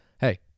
hey